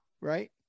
right